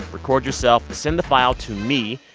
record yourself. send the file to me.